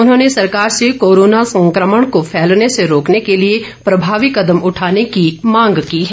उन्होंने सरकार से कोरोना संक्रमण को फैलने से रोकने के लिए प्रभावी कदम उठाने की मांग की है